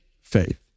faith